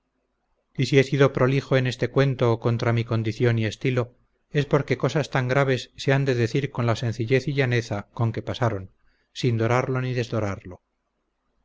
y si he sido prolijo en este cuento contra mi condición y estilo es porque cosas tan graves se han de decir con la sencillez y llaneza con que pasaron sin dorarlo ni